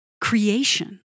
creation